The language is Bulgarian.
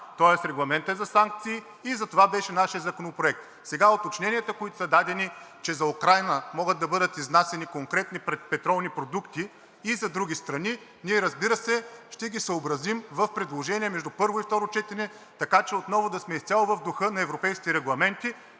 тоест Регламентът е за санкции и затова беше нашият законопроект. Сега уточненията, които са дадени, че за Украйна могат да бъдат изнасяни конкретни петролни продукти, и за други страни, ние, разбира се, ще ги съобразим в предложения между първо и второ четене, така че отново да сме изцяло в духа на европейските регламенти,